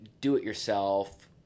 do-it-yourself